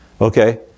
Okay